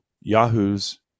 yahoos